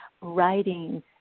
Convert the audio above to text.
writing